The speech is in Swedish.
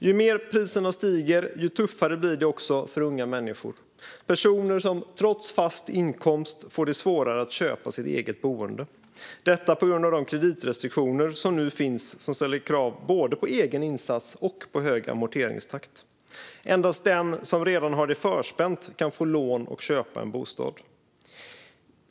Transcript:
Ju mer priserna stiger, desto tuffare blir det också för unga människor, personer som trots fast inkomst får det svårare att köpa sitt eget boende, detta på grund av de kreditrestriktioner som nu finns och som ställer krav både på egen insats och på hög amorteringstakt. Endast den som redan har det förspänt kan få lån och köpa en bostad.